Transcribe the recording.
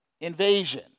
invasion